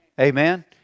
Amen